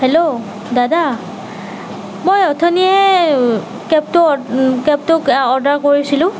hello দাদা মই অথনিয়ে কেবটো কেবটোক অৰ্ডাৰ কৰিছিলোঁ